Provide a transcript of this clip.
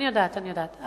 אני יודעת, אני יודעת.